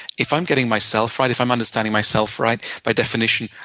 if i'm getting myself right, if i'm understanding myself right, by definition,